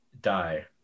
die